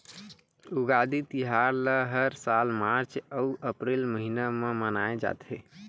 उगादी तिहार ल हर साल मार्च अउ अपरेल महिना म मनाए जाथे